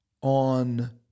on